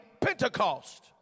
Pentecost